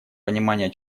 понимания